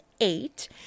eight